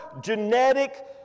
genetic